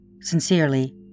Sincerely